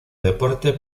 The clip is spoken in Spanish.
deporte